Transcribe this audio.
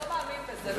אתה לא מאמין בזה.